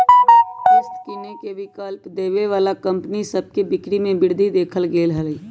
किस्त किनेके विकल्प देबऐ बला कंपनि सभ के बिक्री में वृद्धि देखल गेल हइ